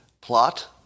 plot